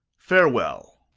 farewell.